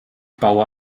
baue